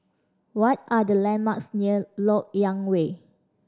what are the landmarks near Lok Yang Way